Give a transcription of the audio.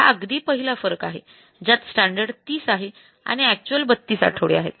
तर हा अगदी पहिला फरक आहे ज्यात स्टॅंडर्ड ३० आहे आणि अक्चुअल ३२ आठवडे आहेत